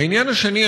העניין השני,